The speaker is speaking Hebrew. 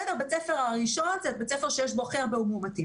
הבית ספר הראשון זה בית הספר שיש בו הכי הרבה מאומתים.